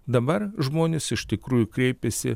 dabar žmonės iš tikrųjų kreipiasi